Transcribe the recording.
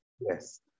Yes